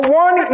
one